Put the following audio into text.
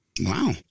Wow